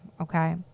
Okay